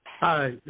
Hi